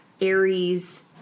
Aries